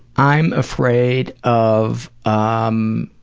i'm afraid of um